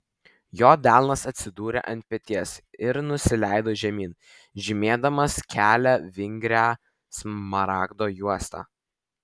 jo delnas atsidūrė ant peties ir nusileido žemyn žymėdamas kelią vingria smaragdo juosta